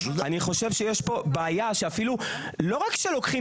אני חושב שיש פה בעיה: לא רק שלוקחים